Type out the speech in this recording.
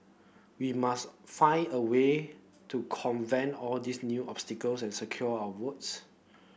we must find a way to convent all these new obstacles and secure our votes